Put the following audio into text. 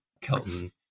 Kelton